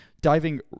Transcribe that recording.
Diving